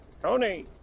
tony